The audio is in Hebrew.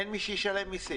אין מי שישלם מיסים.